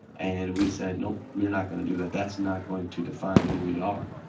and we said nope, you're not going to do that. that's not going to define who we are.